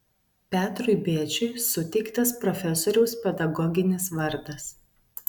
petrui bėčiui suteiktas profesoriaus pedagoginis vardas